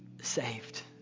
saved